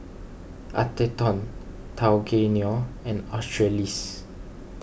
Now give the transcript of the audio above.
Atherton Tao Kae Noi and Australis